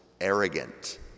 arrogant